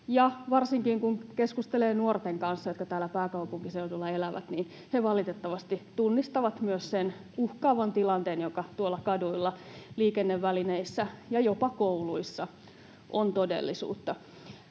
varsinkin kun keskustelee nuorten kanssa, jotka täällä pääkaupunkiseudulla elävät, he valitettavasti myös tunnistavat sen uhkaavan tilanteen, joka tuolla kaduilla, liikennevälineissä ja jopa kouluissa on todellisuutta.